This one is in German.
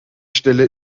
stelle